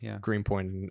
Greenpoint